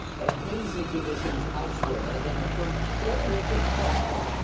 and hazy conditions elsewhere. again, the first full week of fall,